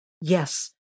Yes